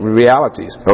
realities